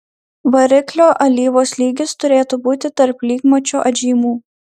variklio alyvos lygis turėtų būti tarp lygmačio atžymų